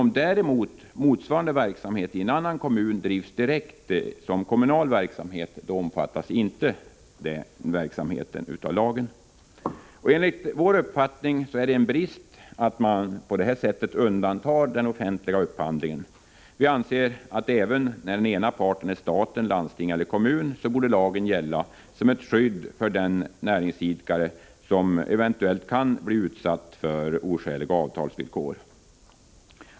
Om däremot motsvarande verksamhet i en annan kommun drivs direkt som kommunal verksamhet, omfattas den inte av lagen. Enligt vår uppfattning är det en brist att man på detta sätt undantar den offentliga upphandlingen. Vi anser att även när den ena parten är staten, ett landsting eller en kommun borde lagen gälla som ett skydd för den näringsidkare som eventuellt kan bli utsatt för oskäliga avtalsvillkor.